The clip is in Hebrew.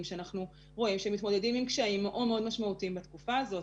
שאנחנו רואים שהם מתמודדים עם קשיים מאוד מאוד משמעותיים בתקופה הזאת.